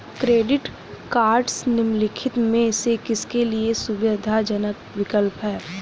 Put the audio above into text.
Credit cards निम्नलिखित में से किसके लिए सुविधाजनक विकल्प हैं?